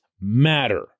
matter